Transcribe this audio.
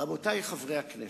רבותי חברי הכנסת,